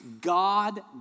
God